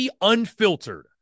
Unfiltered